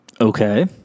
Okay